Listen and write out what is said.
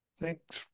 Thanks